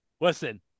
Listen